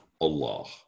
Allah